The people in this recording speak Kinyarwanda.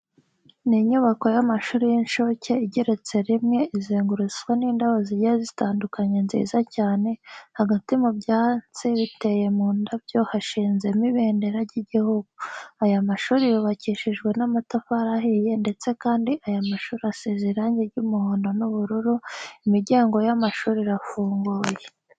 Ni inyubako y'amashuri y'incuke igeretse rimwe, izengurutswe n'indabo zigiye zitandukanye nziza cyane, hagati mu byansi biteye mu ndabyo hashinzemo ibendera ry'igihugu. Aya mashuri yubakishijwe n'amatafari ahiye ndetse kandi aya mashuri asize irange ry'umuhondo n'ubururu, imiryango y'amashuri irafunguye.